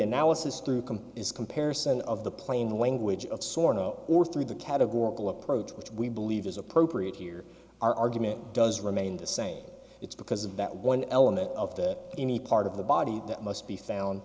analysis through come is comparison of the plain language of sor no or through the categorical approach which we believe is appropriate here our argument does remain the same it's because of that one element of that any part of the body that must be found